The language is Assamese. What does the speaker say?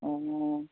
অঁ